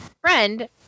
friend